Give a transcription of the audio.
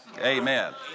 Amen